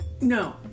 No